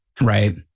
Right